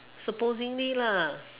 supposingly lah